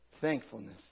thankfulness